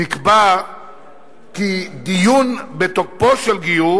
נקבע כי דיון בתוקפו של גיור